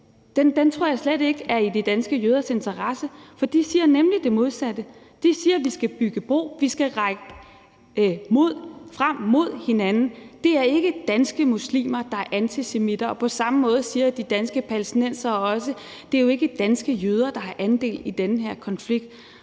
Den tror jeg slet ikke er i de danske jøders interesse, for de siger nemlig det modsatte; de siger, at vi skal bygge bro, at vi skal række ud mod hinanden, og at det ikke er alle danske muslimer, der er antisemitter. På samme måde siger de danske palæstinensere også, at det jo ikke er danske jøder, der har andel i den her konflikt,